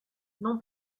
non